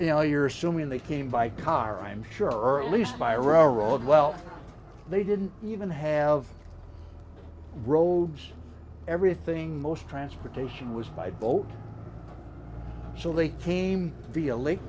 you know you're assuming they came by car i'm sure early spyro road well they didn't even have roads everything most transportation was by boat so they came via lake